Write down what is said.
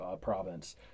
province